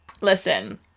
listen